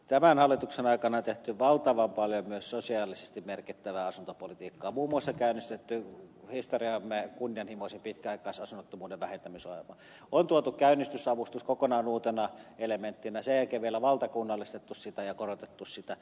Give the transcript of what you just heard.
tämän hallituksen aikana on tehty valtavan paljon myös sosiaalisesti merkittävää asuntopolitiikkaa muun muassa käynnistetty historiamme kunnianhimoisin pitkäaikaisasunnottomuuden vähentämisohjelma on tuotu käynnistysavustus kokonaan uutena elementtinä sen jälkeen vielä valtakunnallistettu sitä ja korotettu sitä